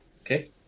okay